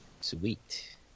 Sweet